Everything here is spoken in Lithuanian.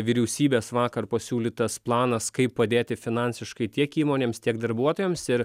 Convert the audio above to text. vyriausybės vakar pasiūlytas planas kaip padėti finansiškai tiek įmonėms tiek darbuotojams ir